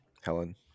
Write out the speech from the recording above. Helen